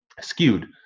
skewed